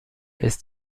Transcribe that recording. ist